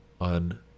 on